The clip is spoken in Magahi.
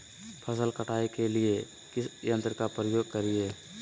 फसल कटाई के लिए किस यंत्र का प्रयोग करिये?